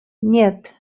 нет